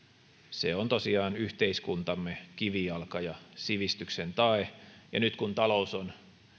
se on tosiaan yhteiskuntamme kivijalka ja sivistyksen tae ja nyt kun talous on